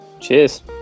Cheers